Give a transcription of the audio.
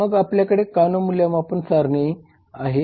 मग आपल्याकडे कानो मूल्यमापन सारणी आहे